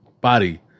body